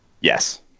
Yes